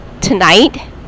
Tonight